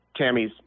Tammy's